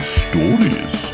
stories